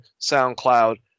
SoundCloud